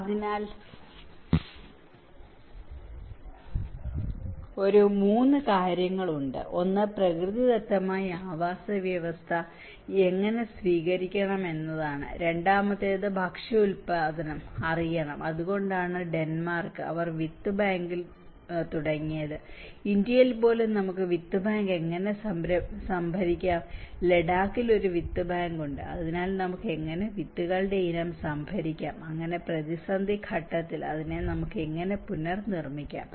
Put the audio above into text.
അതിനാൽ ഒരു 3 കാര്യങ്ങൾ ഉണ്ട് ഒന്ന് പ്രകൃതിദത്തമായി ആവാസവ്യവസ്ഥ എങ്ങനെ സ്വീകരിക്കണം എന്നതാണ് രണ്ടാമത്തേത് ഭക്ഷ്യ ഉൽപ്പാദനം അറിയണം അതുകൊണ്ടാണ് ഡെന്മാർക്ക് അവർ വിത്ത് ബാങ്കിൽ തുടങ്ങിയത് ഇന്ത്യയിൽ പോലും നമുക്ക് വിത്ത് ബാങ്ക് എങ്ങനെ സംഭരിക്കാം ലഡാക്കിൽ ഒരു വിത്ത് ബാങ്ക് ഉണ്ട് അതിനാൽ നമുക്ക് എങ്ങനെ വിത്തുകളുടെ ഇനം സംഭരിക്കാം അങ്ങനെ പ്രതിസന്ധി ഘട്ടത്തിൽ നമുക്ക് അത് എങ്ങനെ പുനർനിർമ്മിക്കാം